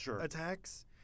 attacks